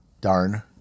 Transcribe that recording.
darn